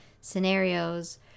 scenarios